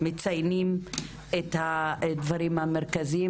ומציינים את הדברים המרכזיים.